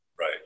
right